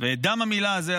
את דם המילה הזה,